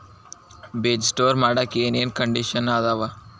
ಬೇಜ ಸ್ಟೋರ್ ಮಾಡಾಕ್ ಏನೇನ್ ಕಂಡಿಷನ್ ಅದಾವ?